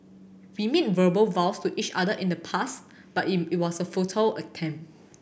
we made verbal vows to each other in the past but it was a futile attempt